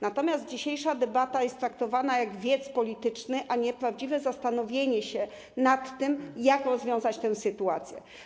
Natomiast dzisiejsza debata jest traktowana jak wiec polityczny, a nie prawdziwe zastanowienie się nad tym, jak rozwiązać tę sytuację.